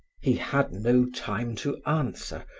he had no time to answer,